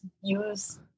use